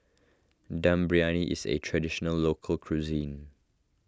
Dum Briyani is a Traditional Local Cuisine